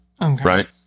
right